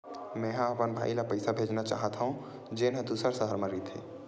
मेंहा अपन भाई ला पइसा भेजना चाहत हव, जेन हा दूसर शहर मा रहिथे